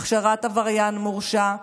למשל, הכשרת עבריין מורשע,